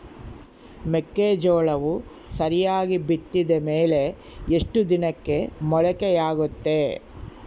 ಮೆಕ್ಕೆಜೋಳವು ಸರಿಯಾಗಿ ಬಿತ್ತಿದ ಮೇಲೆ ಎಷ್ಟು ದಿನಕ್ಕೆ ಮೊಳಕೆಯಾಗುತ್ತೆ?